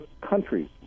countries